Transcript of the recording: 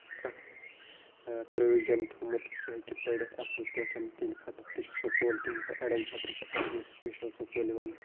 اَکھ پرٛووِجَن تھوٚمُت سُہ ہیٚکہِ پٔرِتھ اَصٕل پٲٹھۍ تِہٕنٛدِ خٲطرٕ تہِ چھُ سکوٗل تِہٕنٛدِ خٲطرٕ اَڈیَن خٲطرٕ چھِ اَلگٕے سُپیٚشَل سکوٗل یِوان